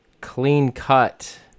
clean-cut